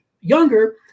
younger